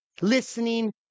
listening